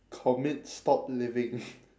commit stop living